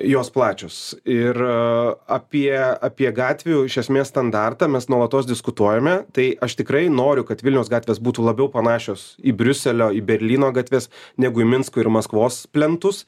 jos plačios ir apie apie gatvių iš esmės standartą mes nuolatos diskutuojame tai aš tikrai noriu kad vilniaus gatvės būtų labiau panašios į briuselio į berlyno gatves negu į minsko ir maskvos plentus